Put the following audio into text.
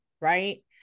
right